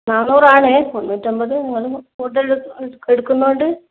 നാനൂറ് ആണ് മുന്നൂറ്റി അൻപത് നിങ്ങൾ കൂടുതൽ എടുക്കുന്നത് കൊണ്ട്